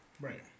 Right